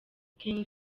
king